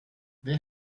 they